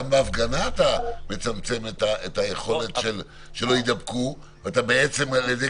גם בהפגנה אתה מצמצם את היכולת שלא יידבקו ואתה בעצם על ידי